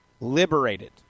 Liberated